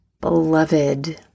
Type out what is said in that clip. beloved